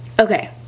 okay